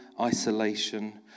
isolation